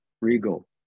regal